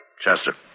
Chester